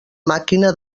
màquina